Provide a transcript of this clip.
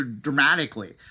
dramatically